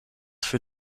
für